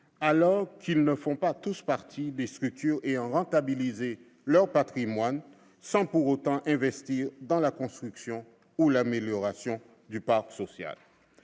alors qu'ils ne font pas tous partie des structures ayant rentabilisé leur patrimoine sans pour autant avoir investi dans la construction ou l'amélioration du parc social.